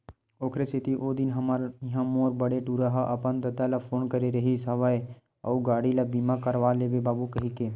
ओखरे सेती ओ दिन हमर इहाँ मोर बड़े टूरा ह अपन ददा ल फोन करे रिहिस हवय अउ गाड़ी ल बीमा करवा लेबे बाबू कहिके